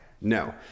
No